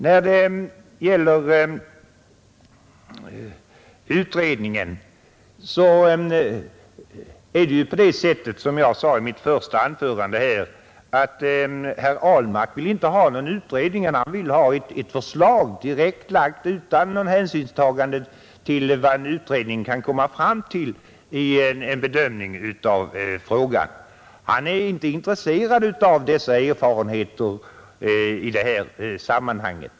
När det gäller utredningen är det så, som jag sade i mitt första anförande, att herr Ahlmark inte vill ha någon utredning. Han vill ha ett förslag direkt framlagt utan något hänsynstagande till vad en utredning kan komma fram till vid en bedömning av frågan. Han är inte intresserad av sådana erfarenheter i detta sammanhang.